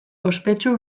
ospetsu